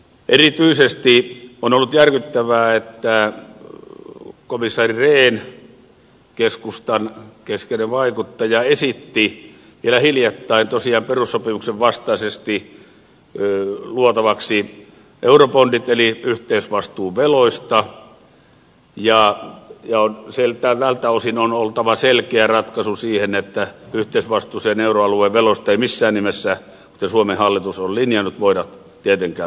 erityisesti on ollut järkyttävää että komissaari rehn keskustan keskeinen vaikuttaja esitti vielä hiljattain tosiaan perussopimuksen vastaisesti luotavaksi eurobondit eli yhteisvastuu veloista ja tältä osin on oltava selkeä ratkaisu siihen että yhteisvastuuseen euroalueen veloista ei missään nimessä kuten suomen hallitus on linjannut voida tietenkään mennä